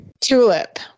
Tulip